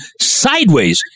sideways